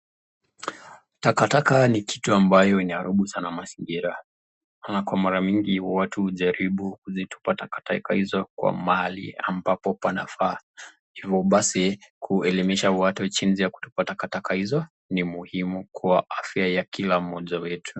Takataka ni kitu ambayo inaharibu sana mazingira. Ama kwa mara mingi watu hujaribu kuzitupa takataka hizo kwa mahali ambapo panafaa. Hivyo basi kuelemisha watu chini ya kutupa takataka hizo ni muhimu kwa afya Kila mmoja wetu .